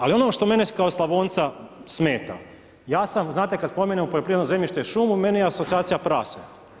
Ali ono što mene kao Slavonca smeta, ja sam znate kad spomenemo poljoprivredno zemljište šumu meni je asocijacija prase.